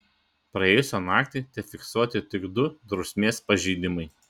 praėjusią naktį tefiksuoti tik du drausmės pažeidimai